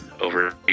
over